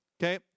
Okay